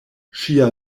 ŝia